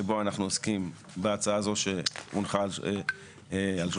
שבו אנחנו עוסקים בהצעה הזו שהונחה על השולחן,